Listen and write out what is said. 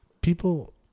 people